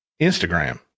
Instagram